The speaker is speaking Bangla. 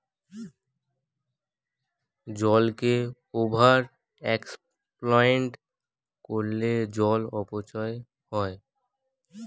জলকে ওভার এক্সপ্লয়েট করলে জল অপচয় হয়